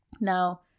Now